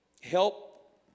help